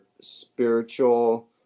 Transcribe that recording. spiritual